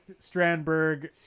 Strandberg